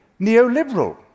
neoliberal